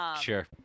Sure